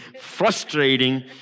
frustrating